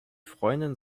freundin